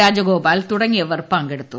രാജഗോപാൽ തുടങ്ങിയവർ പങ്കെടുത്തു